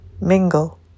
mingle